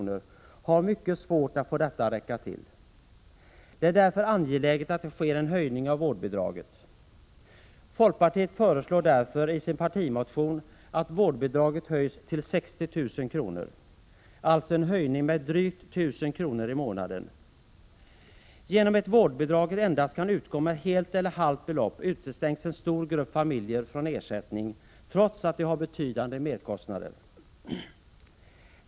Det är mycket svårt att få dessa pengar att räcka till. Det är därför angeläget att det sker en höjning av vårdbidraget. Folkpartiet föreslår därför i sin partimotion att vårdbidraget höjs till 60 000 kr. Alltså en höjning med drygt 1 000 kr. i månaden. Genom att vårdbidraget endast kan utgå med helt eller halvt belopp utestängs en stor grupp familjer från ersättning, trots att de har betydande merkostnader.